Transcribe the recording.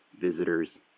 visitors